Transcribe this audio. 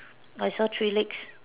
I saw three legs